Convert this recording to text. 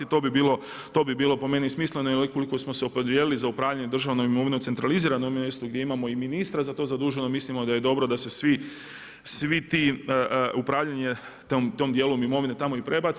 To bi bilo po meni smisleno jer ukoliko smo se opredijelili za upravljanje državnom imovinom na centraliziranom mjestu gdje imamo i ministra za to zaduženo mislimo da je dobro da se svi ti, upravljanje tom dijelu imovine tamo i prebaci.